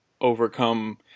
overcome